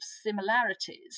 similarities